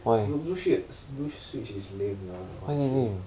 blu~ blue switch blue switch is lame lah honestly